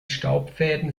staubfäden